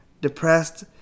depressed